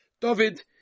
David